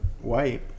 White